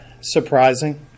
surprising